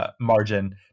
margin